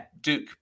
Duke